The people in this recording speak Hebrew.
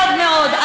והקשבתי טוב מאוד.